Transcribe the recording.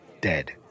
dead